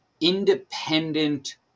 independent